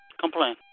Complain